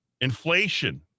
inflation